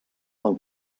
del